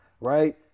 Right